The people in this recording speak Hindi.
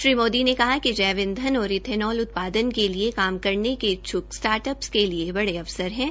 श्री मोदी ने कहा कि जैव ईंधन और एथेनॉल उत्पादन के लिए काम करने के इच्छ्क स्टार्ट अपस के लिए बड़े अवसरहै